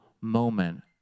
moment